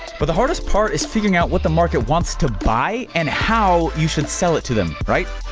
but the hardest part is figuring out what the market wants to buy and how you should sell it to them, right?